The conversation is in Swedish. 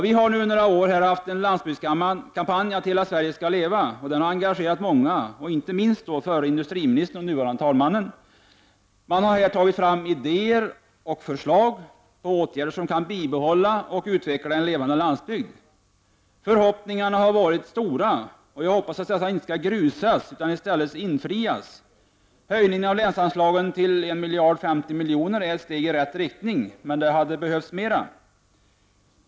Vi har nu under några år haft landsbygdskampanjen ”Hela Sverige skall leva”, som har engagerat många — inte minst förre industriministern och nu varande talmannen. Man har här tagit fram idéer och förslag till åtgärder som kan bibehålla och utveckla en levande landsbygd. Förhoppningarna har varit stora, och jag hoppas att dessa inte skall grusas utan i stället infrias. Höjningen av länsanslagen till 1 050 miljoner är ett steg i rätt riktning, men det hade behövts mera.